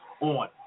on